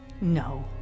No